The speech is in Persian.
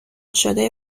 شده